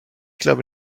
glaube